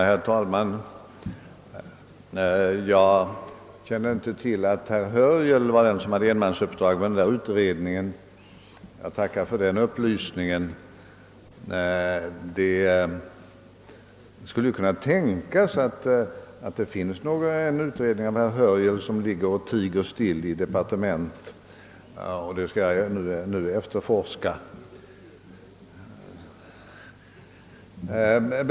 Herr talman! Jag kände inte till att herr Hörjel var den som hade enmansuppdraget att utföra den nämnda utredningen, men jag tackar för upplysningen. Det skulle alltså kunna tänkas att det finns någon belysande utredning av herr Hörjel som ligger i något departement och tiger still. Jag skall nu undersöka om så är fallet.